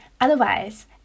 Otherwise